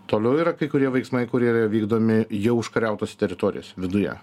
toliau yra kai kurie veiksmai kurie yra vykdomi jau užkariautose teritorijose viduje